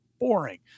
boring